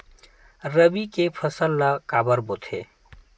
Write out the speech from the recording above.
रबी के फसल ला काबर बोथे?